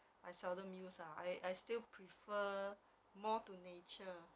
I seldom use lah I I still prefer more to nature